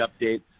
updates